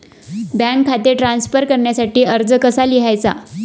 Bank खाते transfer करण्यासाठी अर्ज कसा लिहायचा?